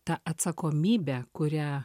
tą atsakomybę kurią